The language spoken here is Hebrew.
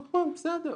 נכון, בסדר,